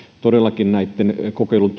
todellakin näitten kokeilun